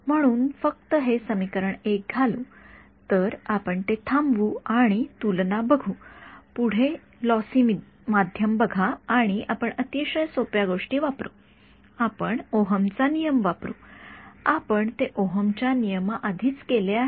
म्हणून फक्त हे समीकरण १ घालू तर आपण ते थांबवू आणि तुलना बघू पुढे लॉसी माध्यम बघा आणि आपण अतिशय सोप्या गोष्टी वापरू आपण ओहम चा नियम वापरू आपण ते ओहम च्या नियमाआधीच केले आहे